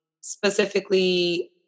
specifically